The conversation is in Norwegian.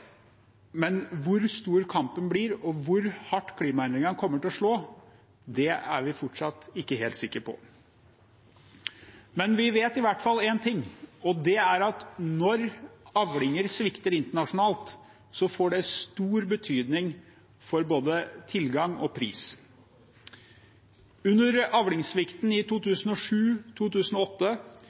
men hvor stor kampen blir, og hvor hardt klimaendringene kommer til å slå, er vi fortsatt ikke helt sikker på. Men vi vet i hvert fall én ting, og det er at når avlinger svikter internasjonalt, får det stor betydning for både tilgang og pris. Når det gjelder avlingssvikten i